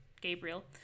Gabriel